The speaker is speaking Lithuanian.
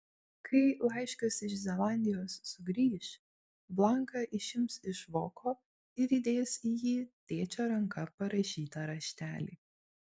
kai laiškas iš zelandijos sugrįš blanką išims iš voko ir įdės į jį tėčio ranka parašytą raštelį